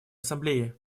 ассамблеи